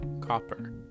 Copper